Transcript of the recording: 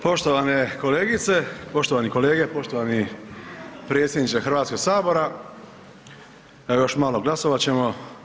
Poštovane kolegice, poštovani kolege, poštovani predsjedniče Hrvatskog sabora, evo još malo, glasovat ćemo.